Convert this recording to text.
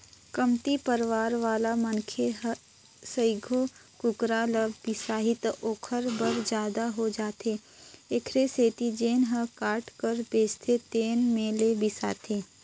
कमती परवार वाला मनखे ह सइघो कुकरा ल बिसाही त ओखर बर जादा हो जाथे एखरे सेती जेन ह काट कर बेचथे तेन में ले बिसाथे